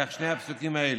כך שני הפסוקים האלה.